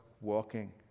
walking